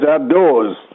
outdoors